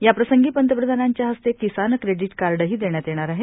याप्रसंगी पंतप्रधानांच्या हस्ते किसान क्रेडीट कार्डही देण्यात येणार आहेत